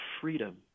freedom